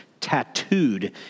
tattooed